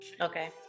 Okay